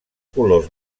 colors